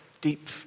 deep